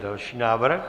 Další návrh.